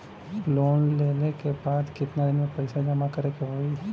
Loan लेले के बाद कितना दिन में पैसा जमा करे के होई?